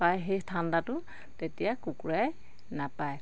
পায় সেই ঠাণ্ডাটো তেতিয়া কুকুৰাই নাপায়